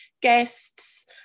guests